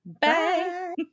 Bye